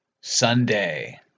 Sunday